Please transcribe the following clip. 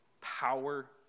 power